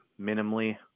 minimally